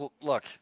Look